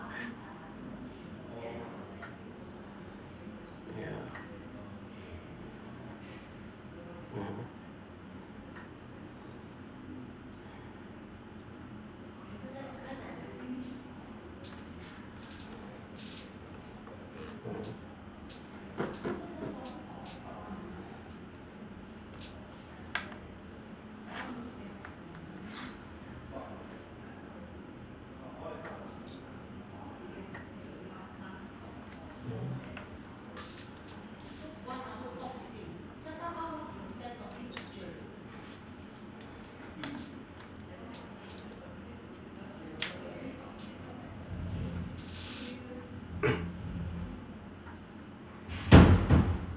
ya mmhmm